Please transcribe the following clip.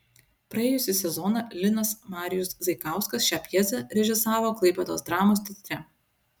praėjusį sezoną linas marijus zaikauskas šią pjesę režisavo klaipėdos dramos teatre